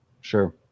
Sure